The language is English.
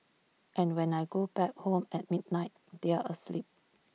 and when I go back home at midnight they are asleep